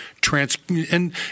trans—and